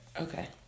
okay